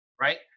right